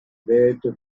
bête